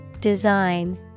Design